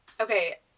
Okay